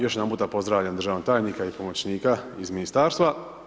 Još jedanput pozdravljam državnog tajnika i pomoćnika iz ministarstva.